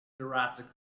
Jurassic